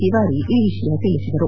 ತಿವಾರಿ ಈ ವಿಷಯ ತಿಳಿಸಿದರು